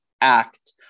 act